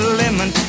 lemon